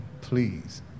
please